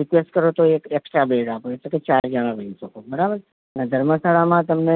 request કરો તો એક એક્સ્ટ્રા બેડ આપે એટલે કે ચાર જણા સુઈ શકો બરાબર અને ધર્મશાળામાં તમને